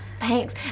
thanks